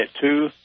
two